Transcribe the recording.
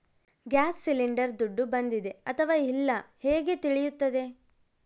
Gas cylinder ದುಡ್ಡು ಬಂದಿದೆ ಅಥವಾ ಇಲ್ಲ ಹೇಗೆ ತಿಳಿಯುತ್ತದೆ?